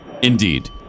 Indeed